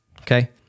Okay